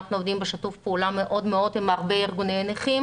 אנחנו עובדים בשיתוף פעולה מאוד הדוק עם ארגוני נכים